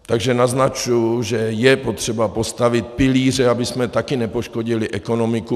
Takže naznačuji, že je potřeba postavit pilíře, abychom také nepoškodili ekonomiku.